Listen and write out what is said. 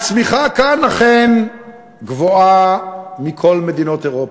הצמיחה כאן אכן גבוהה מבכל מדינות אירופה,